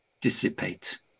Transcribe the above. dissipate